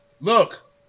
look